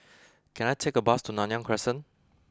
can I take a bus to Nanyang Crescent